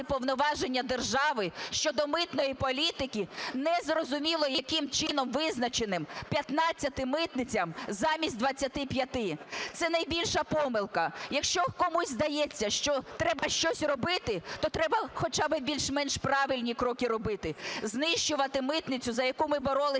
повноваження держави щодо митної політики, незрозуміло, яким чином визначеним, 15 митницям замість 25. Це найбільша помилка. Якщо комусь здається, що треба щось робити, то треба хоча б більш-менш правильні кроки робити. Знищувати митницю, за яку ми боролися